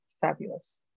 fabulous